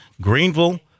Greenville